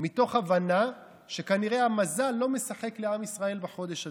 מתוך הבנה שכנראה המזל לא משחק לעם ישראל בחודש הזה,